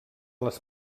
les